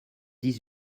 dix